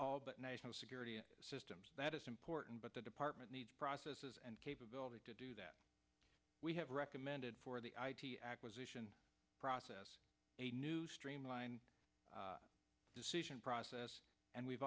all but national security systems that is important but the department needs processes and capability to do that we have recommended for the acquisition process a new streamlined decision process and we've